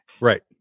Right